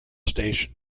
station